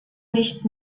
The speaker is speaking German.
nicht